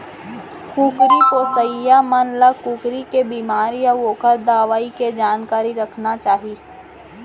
कुकरी पोसइया मन ल कुकरी के बेमारी अउ ओकर दवई के जानकारी रखना चाही